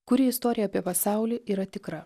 kuri istorija apie pasaulį yra tikra